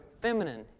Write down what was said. feminine